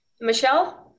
Michelle